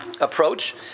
approach